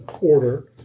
order